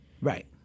Right